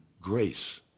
grace